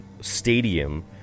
stadium